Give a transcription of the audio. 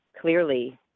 Clearly